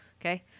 okay